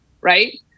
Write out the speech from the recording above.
right